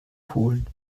polen